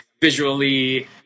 visually